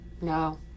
No